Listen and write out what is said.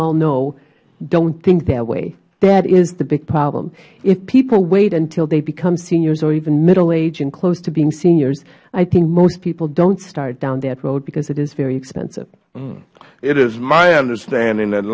all know dont think that way that is the big problem if people wait until they become seniors even middle age and close to being seniors i think most people dont start down that road because it is very expensive mister clay it is my understanding that